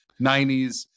90s